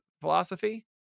philosophy